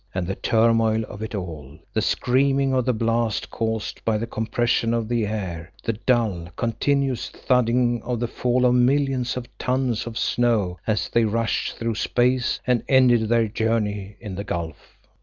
and the turmoil of it all! the screaming of the blast caused by the compression of the air, the dull, continuous thudding of the fall of millions of tons of snow as they rushed through space and ended their journey in the gulf.